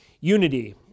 Unity